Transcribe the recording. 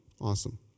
Awesome